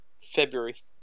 February